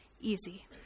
easy